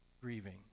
grieving